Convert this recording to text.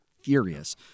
Furious